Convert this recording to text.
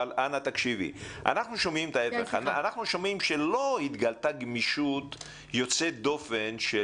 אנחנו שומעים שלא התגלתה גמישות יוצאת דופן של